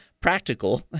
practical